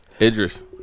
Idris